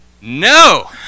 No